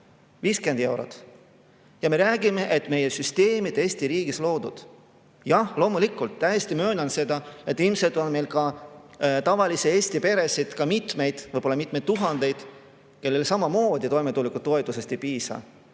50 eurot. Ja me räägime, et süsteemid Eesti riigis on loodud. Loomulikult, täiesti möönan seda, et ilmselt on meil ka tavalisi Eesti peresid, võib-olla mitmeid tuhandeid, kellel samamoodi toimetulekutoetusest ei piisa.